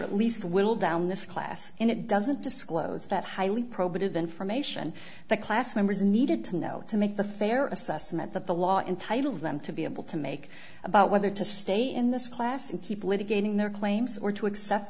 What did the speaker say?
at least whittle down this class and it doesn't disclose that highly probative information that class members needed to know to make the fair assessment that the law entitles them to be able to make about whether to stay in the class and keep litigating their claims or to accept